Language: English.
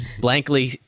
blankly